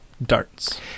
darts